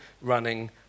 running